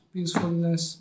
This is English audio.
Peacefulness